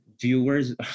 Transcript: viewers